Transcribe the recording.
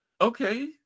okay